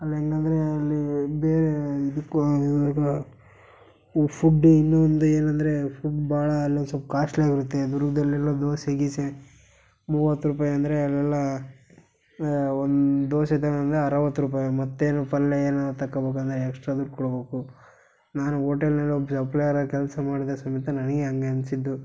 ಅಲ್ಲಿ ಹೆಂಗಂದ್ರೆ ಅಲ್ಲಿ ಬೇರೆ ಇದಕ್ಕೂ ಫುಡ್ ಇನ್ನೂ ಒಂದು ಏನಂದರೆ ಫುಡ್ ಭಾಳ ಅಲ್ಲಿ ಒಂದು ಸೊಲ್ಪ ಕಾಸ್ಟ್ಲಿಯಾಗಿರುತ್ತೆ ದುರ್ಗದಲ್ಲೆಲ್ಲ ದೋಸೆ ಗೀಸೆ ಮೂವತ್ತು ರೂಪಾಯಿ ಅಂದರೆ ಅಲ್ಲೆಲ್ಲ ಒಂದು ದೋಸೆ ತಗಂಡ್ರೆ ಅರುವತ್ತು ರೂಪಾಯಿ ಮತ್ತು ಏನೋ ಪಲ್ಯೆ ಏನಾದ್ರೂ ತಕಬೇಕಂದ್ರೆ ಎಕ್ಸ್ಟ್ರಾ ದುಡ್ಡು ಕೊಡ್ಬೇಕು ನಾನು ಓಟೆಲ್ನಲ್ಲಿ ಒಬ್ಬ ಸಪ್ಲಾಯರ್ ಆಗಿ ಕೆಲಸ ಮಾಡಿದ್ರೆ ಸಮೇತ ನನಗೆ ಹಂಗೆ ಅನ್ನಿಸಿದ್ದು